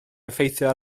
effeithio